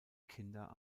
kinder